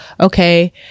okay